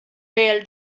bêl